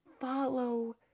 follow